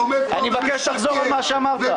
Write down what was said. --- אני מבקש שתחזור על מה שאמרת.